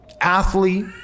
athlete